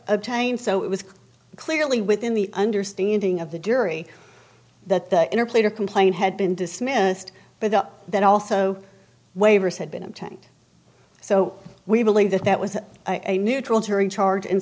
obtained so it was clearly within the understanding of the jury that the interplay to complain had been dismissed but that also waivers had been obtained so we believe that that was a neutral touring charge and